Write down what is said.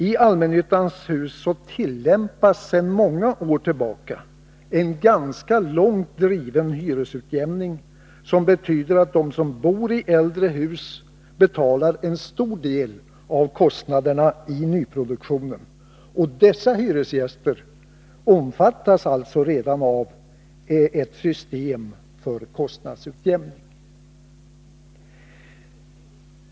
I allmännyttans hus tillämpas sedan många år tillbaka en ganska långt driven hyresutjämning som betyder att de som bor i äldre hus betalar en stor del av kostnaderna i nyproduktionen, och dessa hyresgäster omfattas alltså redan av ett system för kostnadsutjämning.